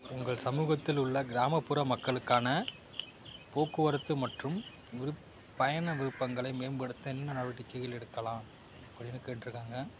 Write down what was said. உங்கள் சமூகத்தில் உள்ள கிராமப்புற மக்களுக்கான போக்குவரத்து மற்றும் விரு பயண விருப்பங்களை மேம்படுத்த என்னென்ன நடவடிக்கைகள் எடுக்கலாம் அப்படின்னு கேட்டுருக்காங்க